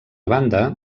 banda